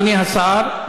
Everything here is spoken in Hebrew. אדוני השר,